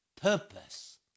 purpose